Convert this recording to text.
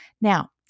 Now